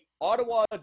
Ottawa